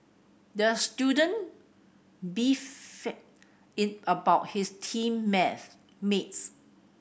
the student about his team maths mates